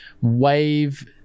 wave